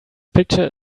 picture